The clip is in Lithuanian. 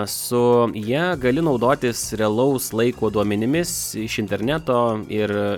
su ja gali naudotis realaus laiko duomenimis iš interneto ir